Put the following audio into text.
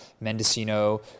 Mendocino